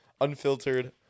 Unfiltered